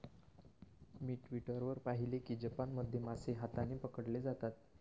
मी Twitter वर पाहिले की जपानमध्ये मासे हाताने पकडले जातात